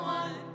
one